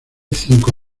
cinco